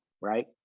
right